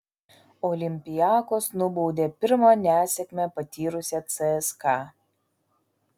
olympiakos nubaudė pirmą nesėkmę patyrusią cska